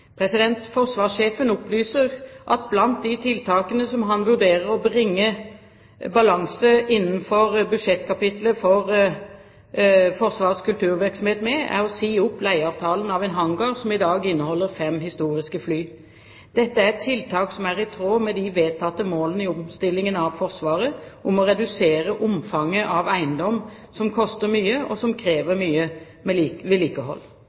Forsvarssjefen opplyser at blant de tiltakene som han vurderer for å bringe balanse innenfor budsjettkapitlet for Forsvarets kulturvirksomhet, er å si opp leieavtalen for en hangar som i dag inneholder fem historiske fly. Dette er tiltak som er i tråd med de vedtatte målene i omstillingen av Forsvaret om å redusere omfanget av eiendom som koster mye, og som krever mye vedlikehold.